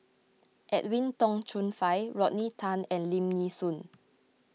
Edwin Tong Chun Fai Rodney Tan and Lim Nee Soon